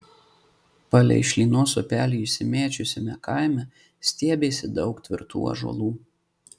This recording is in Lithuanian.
palei šlynos upelį išsimėčiusiame kaime stiebėsi daug tvirtų ąžuolų